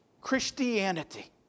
Christianity